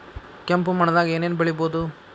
ಕೆಂಪು ಮಣ್ಣದಾಗ ಏನ್ ಏನ್ ಬೆಳಿಬೊದು?